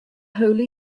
holy